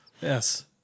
Yes